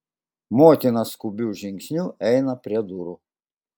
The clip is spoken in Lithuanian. motina skubiu žingsniu eina prie durų